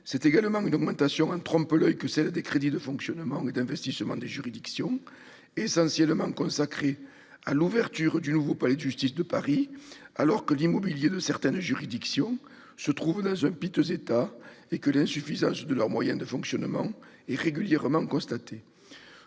C'est également une augmentation en trompe-l'oeil que celle des crédits de fonctionnement et d'investissement des juridictions, essentiellement consacrée à l'ouverture du nouveau palais de justice de Paris, alors que l'immobilier de certaines juridictions se trouve dans un piteux état et que l'insuffisance de leurs moyens de fonctionnement est régulièrement constatée.